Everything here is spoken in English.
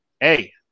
hey